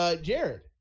Jared